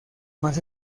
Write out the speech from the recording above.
más